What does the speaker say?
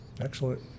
Excellent